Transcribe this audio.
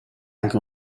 anche